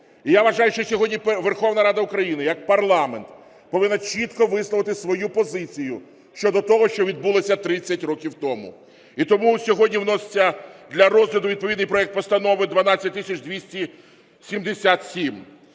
І я вважаю, що сьогодні Верховна Рада України як парламент повинна чітко висловити свою позицію щодо того, що відбулося 30 років тому. І тому сьогодні вноситься для розгляду відповідний проект Постанови 12277.